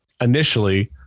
initially